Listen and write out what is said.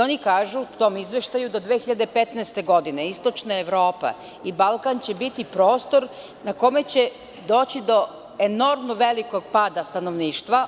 Oni kažu u tom izveštaju, do 2015. godine istočna Evropa i Balkan će biti prostor na kome će doći do enormno velikog pada stanovništva.